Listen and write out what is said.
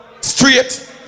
straight